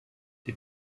die